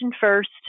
first